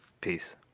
Peace